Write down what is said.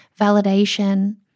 validation